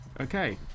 Okay